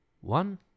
one